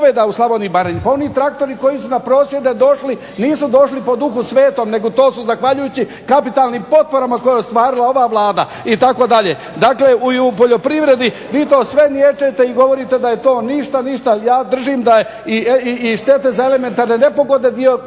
u Slavoniji i Baranji. Pa oni traktori koji su na prosvjede došli nisu došli po Duhu svetom nego to su zahvaljujući kapitalnim potporama koje je ostvarila ova Vlada itd. Dakle i u poljoprivredi vi to sve niječete i govorite da je to ništa. Ja držim da i štete za elementarne nepogode, dio